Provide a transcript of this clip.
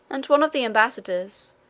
and one of the ambassadors,